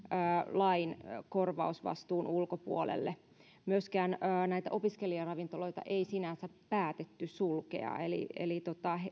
lain korvausvastuun ulkopuolelle myöskään näitä opiskelijaravintoloita ei sinänsä päätetty sulkea eli eli